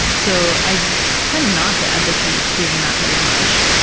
so i tend not to advocate doing that very much.